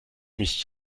mich